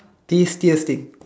tastiest thing